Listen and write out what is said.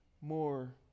more